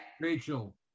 Rachel